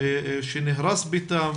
שנהרס ביתם,